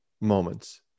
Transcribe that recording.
moments